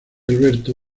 alberto